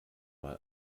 mal